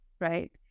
right